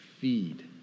feed